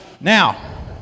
now